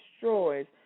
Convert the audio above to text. destroys